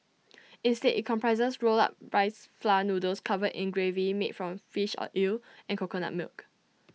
instead IT comprises rolled up rice flour noodles covered in gravy made from fish or eel and coconut milk